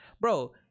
bro